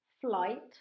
flight